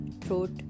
throat